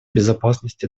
безопасности